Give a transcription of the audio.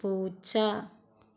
പൂച്ച